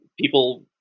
people